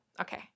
okay